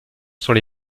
sont